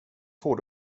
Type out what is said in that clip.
får